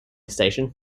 station